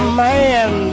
man